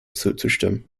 zuzustimmen